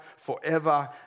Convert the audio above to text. forever